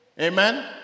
amen